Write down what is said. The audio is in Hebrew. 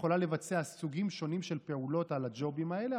יכולה לבצע סוגים שונים של פעולות על הג'ובים האלה,